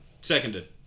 Seconded